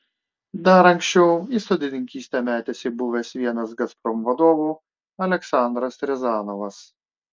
dar anksčiau į sodininkystę metėsi buvęs vienas gazprom vadovų aleksandras riazanovas